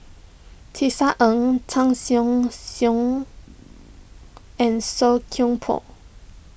Tisa Ng Tan Seong Seong and Song Koon Poh